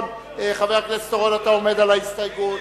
חבר הכנסת אורון, אתה עומד על ההסתייגות.